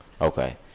okay